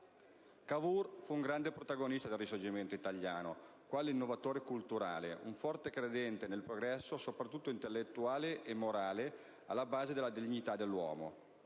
Cavour fu un grande protagonista del Risorgimento italiano, quale innovatore culturale, un forte credente nel progresso soprattutto intellettuale e morale alla base della dignità dell'uomo.